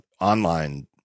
online